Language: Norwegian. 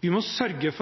Vi må sørge